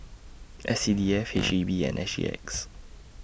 S C D F H E B and S G X